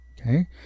okay